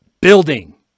building